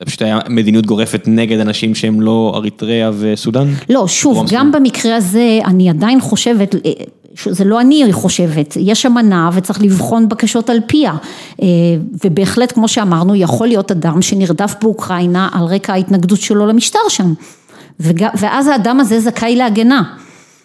שתהיה מדיניות גורפת נגד אנשים שהם לא אריתריאה וסודאן? לא, שוב, גם במקרה הזה אני עדיין חושבת, זה לא אני חושבת, יש אמנה וצריך לבחון בקשות על פיה. ובהחלט כמו שאמרנו, יכול להיות אדם שנרדף באוקראינה על רקע ההתנגדות שלו למשטר שם. ואז האדם הזה זכאי להגנה.